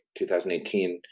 2018